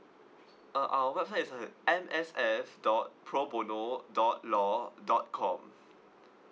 uh our website is uh M S F dot pro bono dot law dot com